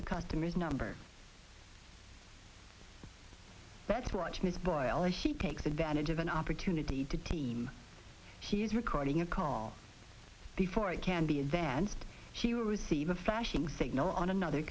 the customers number that's a large miss boiler she takes advantage of an opportunity to team she is recording a call before it can be advanced she will receive a flashing signal on another